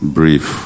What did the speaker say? brief